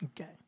Okay